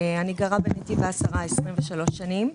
אני גרה בנתיב העשרה 23 שנים.